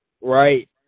Right